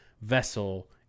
vessel